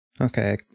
Okay